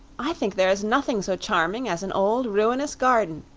i think there is nothing so charming as an old ruinous garden,